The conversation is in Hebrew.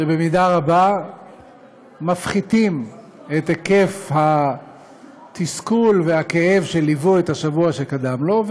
שבמידה רבה מפחיתים את היקף התסכול והכאב שליוו את השבוע שקדם לו,